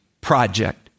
Project